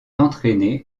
entraînée